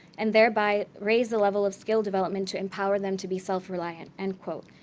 and thereby raise the level of skill development to empower them to be self-reliant, end quote.